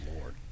Lord